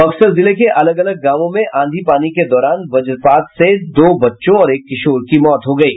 बक्सर जिले के अलग अलग गांवों में आंधी पानी के दौरान वज्रपात से दो बच्चों और एक किशोर की मौत हो गयी